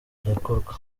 arekurwa